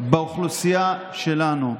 באוכלוסייה שלנו,